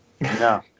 No